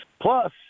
Plus